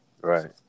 right